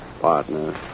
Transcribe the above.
Partner